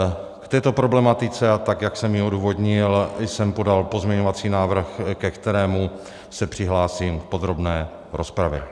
K této problematice, a tak jak jsem ji odůvodnil, jsem podal pozměňovací návrh, ke kterému se přihlásím v podrobné rozpravě.